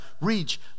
reach